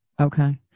Okay